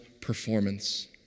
performance